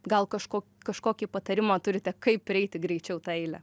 gal kažko kažkokį patarimą turite kaip prieiti greičiau tą eilę